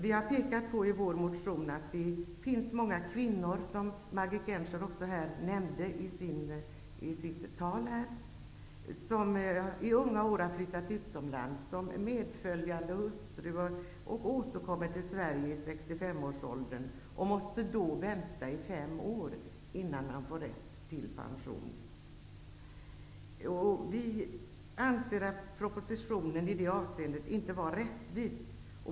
Vi har i vår motion pekat på att det finns många kvinnor -- vilket Margit Gennser också nämnde i sitt anförande -- som i unga år har flyttat utomlands som medföljande hustru. När de återkommer till Sverige vid 65 års ålder måste de vänta i fem år innan de får rätt till pension. Vi anser att förslaget i propositionen i det avseendet inte var rättvist.